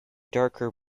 darker